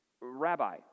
Rabbi